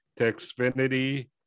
Texfinity